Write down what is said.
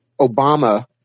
Obama